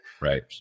Right